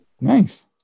Nice